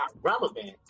relevant